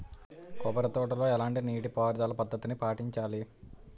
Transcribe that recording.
కొబ్బరి తోటలో ఎలాంటి నీటి పారుదల పద్ధతిని పాటించాలి?